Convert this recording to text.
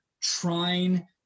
trying